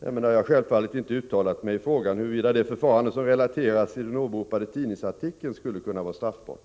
Därmed har jag självfallet inte uttalat mig i frågan huruvida det förfarande som relaterades i den åberopade tidningsartikeln skulle kunna vara straffbart.